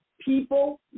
people